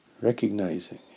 recognizing